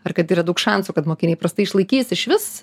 ar kad yra daug šansų kad mokiniai prastai išlaikys išvis